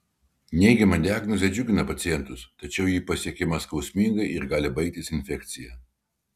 neigiama diagnozė džiugina pacientus tačiau ji pasiekiama skausmingai ir gali baigtis infekcija